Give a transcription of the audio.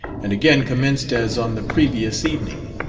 and again commenced as on the previous evening.